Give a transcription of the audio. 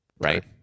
right